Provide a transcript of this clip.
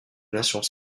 nations